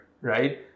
right